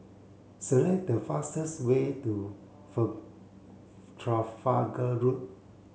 select the fastest way to Trafalgar road